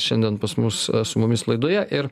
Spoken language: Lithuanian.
šiandien pas mus su mumis laidoje ir